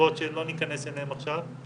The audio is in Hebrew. מסיבות שלא ניכנס אליהן עכשיו.